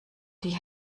die